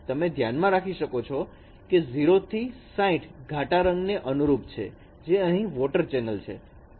તમે ધ્યાનમાં રાખી શકો છો કે 0 થી 60 ઘાટા રંગને અનુરૂપ છે જે અહીં વોટર ચેનલ છે